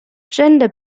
gender